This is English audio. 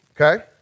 Okay